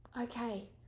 Okay